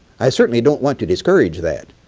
i certainly don't want to discourage that.